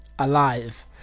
alive